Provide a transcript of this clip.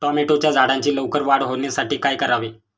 टोमॅटोच्या झाडांची लवकर वाढ होण्यासाठी काय करावे?